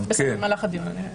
כן, במהלך הדיון.